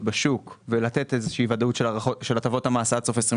בשוק ולתת ודאות של הטבות המס עד סוף 2023,